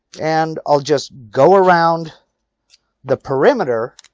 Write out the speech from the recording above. and i'll just go around the perimeter,